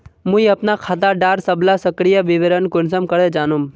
मुई अपना खाता डार सबला सक्रिय विवरण कुंसम करे जानुम?